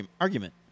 argument